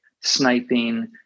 sniping